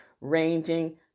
ranging